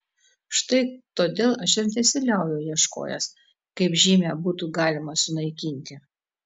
štai todėl aš ir nesiliauju ieškojęs kaip žymę būtų galima sunaikinti